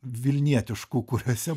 vilnietiškų kuriuose